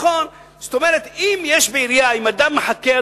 נכון, זאת אומרת, אדוני היושב-ראש,